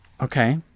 okay